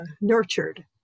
nurtured